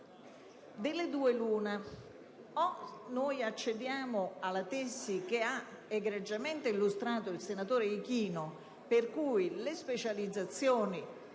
delle due strade possibili: o accediamo alla tesi che ha egregiamente illustrato il senatore Ichino, per cui le specializzazioni